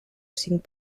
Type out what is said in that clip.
cinc